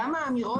אדוני,